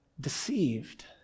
deceived